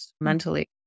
mentally